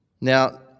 Now